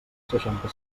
seixanta